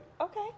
Okay